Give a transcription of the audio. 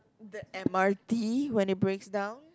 the M_R_T when it breaks down